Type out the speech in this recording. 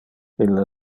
ille